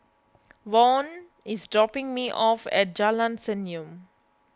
Vaughn is dropping me off at Jalan Senyum